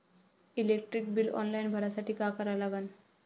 Electric bill online भरासाठी का करा लागन?